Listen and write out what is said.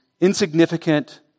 insignificant